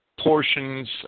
portions